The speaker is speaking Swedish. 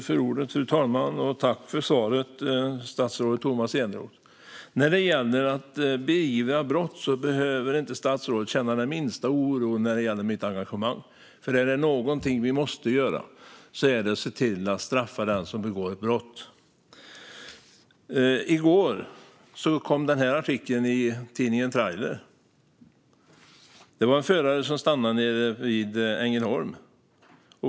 Fru talman! Tack för svaret, statsrådet Tomas Eneroth! När det gäller att beivra brott behöver statsrådet inte känna den minsta oro för mitt engagemang. Är det någonting vi måste göra är det att se till att straffa den som begår brott. Jag har här en artikel från i går ur tidningen Trailer. Det var en förare som hade stannat nere i Ängelholm.